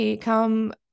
come